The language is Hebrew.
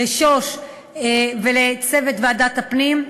לשוש ולצוות ועדת הפנים,